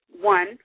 one